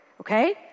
Okay